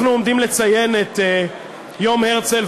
אנחנו עומדים לציין את יום הרצל,